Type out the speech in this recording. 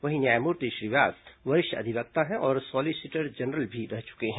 वहीं न्यायमूर्ति श्री व्यास वरिष्ठ अधिवक्ता हैं और सॉलिसिटर जनरल भी रह चुके हैं